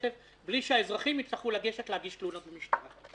הכסף בלי שהאזרחים יצטרכו לגשת להגיש תלונות במשטרה.